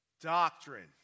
doctrine